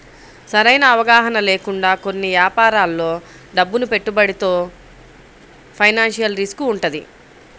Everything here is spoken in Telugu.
సరైన అవగాహన లేకుండా కొన్ని యాపారాల్లో డబ్బును పెట్టుబడితో ఫైనాన్షియల్ రిస్క్ వుంటది